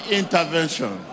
intervention